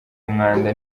umwanda